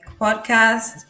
podcast